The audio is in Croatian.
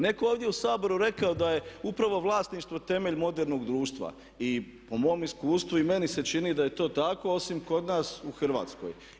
Netko je ovdje u Saboru rekao da je upravo vlasništvo temelj modernog društva i po mom iskustvu i meni se čini da je to tako osim kod nas u Hrvatskoj.